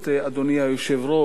אדוני היושב-ראש.